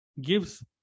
gives